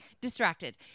Distracted